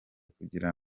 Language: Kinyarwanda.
kugira